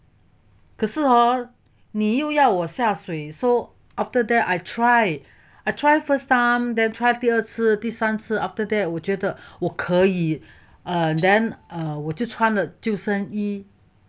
可是 hor 你又要我下水 so after that I try I try first time then try 第二次第三次 after that 我觉得我可以 err then err 我就穿着救生衣